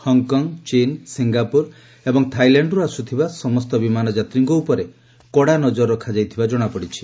Hong Kong ଚୀନ Singapore ଏବଂ ଥାଇଲାଣ୍ଡର୍ ଆସ୍ତ୍ରଥିବା ସମସ୍ତ ବିମାନ ଯାତ୍ରୀଙ୍କ ଉପରେ କଡ଼ା ନଜର ରଖାଯାଇଥିବା ଜଣାପଡ଼ିଛି